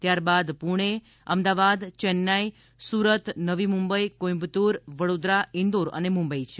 ત્યારબાદ પુણે અમદાવાદ ચેન્નાઈ સુરત નવી મુંબઈ કોઈમ્બતુર વડોદરા ઇન્દોર અને મુંબઇ છે